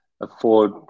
afford